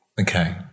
Okay